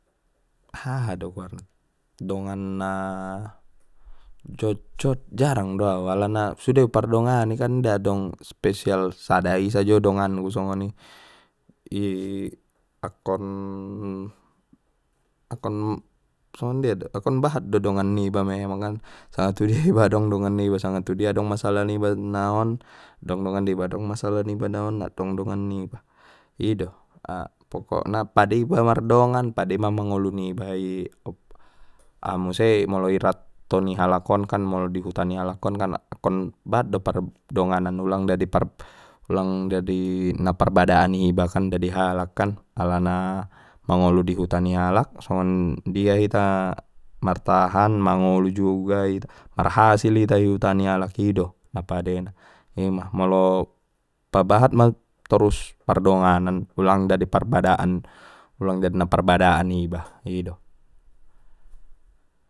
Aha do goarna dongan na, jojot jarang do au alana sude u pardongan kan inda dong spesial sada i sajo donganku songoni i akkon sondia do akkon bahat do dongan niba memang kan sanga tudia iba adong dongan niba sanga tudia adong masalah niba na on adong dongan niba adong masalah niba na on adong dongan niba i do pokokna pade iba mardongan pade mangolu niba i au muse molo i ratto ni halak on kan molo ni huta ni alak on kan akkon bahat do pardonganan ulang dadi na parbadaan ni hiba kan dadi halak kan alana mangolu di huta ni halak songon dia hita martahan mangolu juo marhasil hita i huta ni alak ido napade na ima molo pabahat ma torus pardonganan ulang dadi parbadaan ulang jadi na parbadaan iba ido.